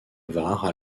var